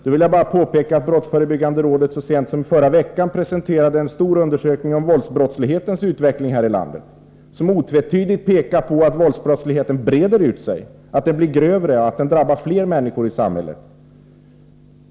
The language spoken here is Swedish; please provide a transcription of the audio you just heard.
Då vill jag bara påpeka att brottsförebyggande rådet så sent som i förra veckan presenterade en stor undersökning om våldsbrottslighetens utveckling här i landet som otvetydigt pekar på att våldsbrottsligheten breder ut sig, att den blir grövre och att den drabbar fler människor i samhället.